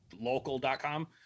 local.com